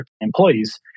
employees